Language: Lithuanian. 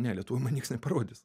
ne lietuvių man nieks neparodys